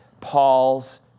Paul's